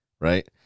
Right